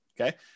okay